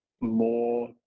more